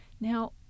Now